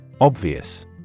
Obvious